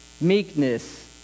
meekness